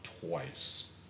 twice